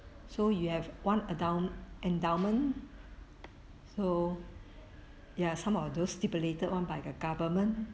so you have one endow~ endowment so ya some of those stipulated [one] by the government